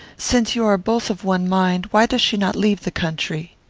since you are both of one mind, why does she not leave the country?